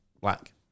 black